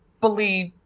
believe